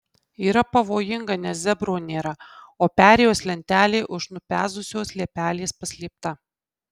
yra pavojinga nes zebro nėra o perėjos lentelė už nupezusios liepelės paslėpta